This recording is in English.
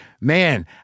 man